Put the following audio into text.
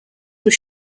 were